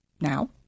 now